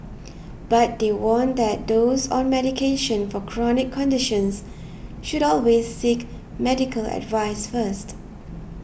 but they warn that those on medication for chronic conditions should always seek medical advice first